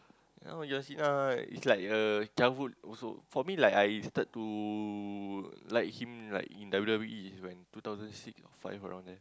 now John Cena is like a childhood also for me like I start to like him like in W_W_E when in two thousand five or six around there